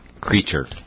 creature